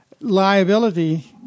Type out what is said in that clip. liability